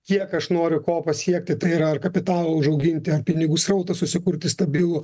kiek aš noriu ko pasiekti tai yra ar kapitalo užauginti ar pinigų srautas susikurti stabilų